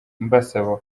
mbasaba